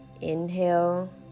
Inhale